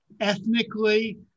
ethnically